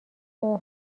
اوه